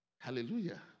Hallelujah